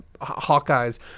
Hawkeye's